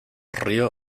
río